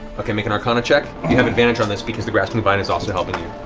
okay, make an arcana check. you have advantage on this because the grasping vine is also helping.